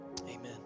amen